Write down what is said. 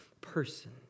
person